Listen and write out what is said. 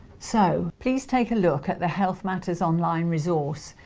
so please take a look at the health matters online resource.